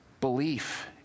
belief